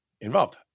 involved